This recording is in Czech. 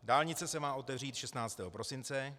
Dálnice se má otevřít 16. prosince.